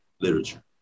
literature